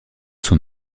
son